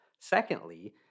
Secondly